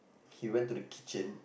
he went to the kitchen